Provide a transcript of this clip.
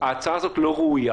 ההצעה הזאת לא ראויה.